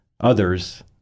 others